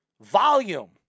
Volume